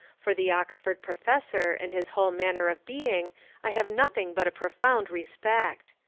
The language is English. for the oxford professor and his whole manner of being i have nothing but a profound respect.